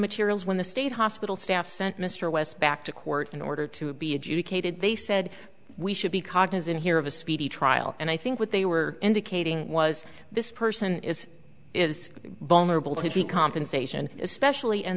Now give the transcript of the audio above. materials when the state hospital staff sent mr west back to court in order to be adjudicated they said we should be cognizant here of a speedy trial and i think what they were indicating was this person is is vulnerable to the compensation especially in